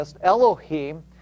Elohim